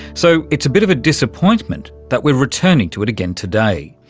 so it's a bit of a disappointment that we're returning to it again today.